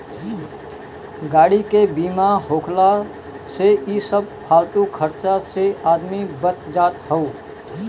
गाड़ी के बीमा होखला से इ सब फालतू खर्चा से आदमी बच जात हअ